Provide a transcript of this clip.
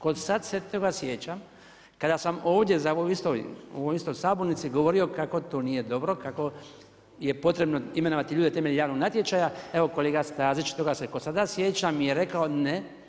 Kako sada se toga sjećam kada sam ovdje u ovoj istoj sabornici govorio kako to nije dobro, kako je potrebno imenovati ljude temeljem javnog natječaja evo kolega Stazić toga se kao sada sjećam je rekao: „Ne.